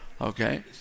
Okay